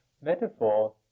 metaphor